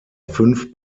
fünf